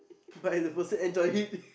but if the person enjoy it